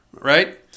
right